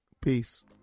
peace